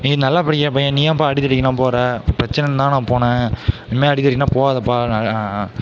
நீ நல்லா படிக்கிற பையன் நீ ஏன்ப்பா அடிதடிக்கெல்லாம் போகிற பிரச்சனன்னுதான் நான் போனே இனிமேல் அடிதடிக்கெல்லாம் போகாதேப்பா